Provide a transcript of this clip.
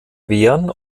wehren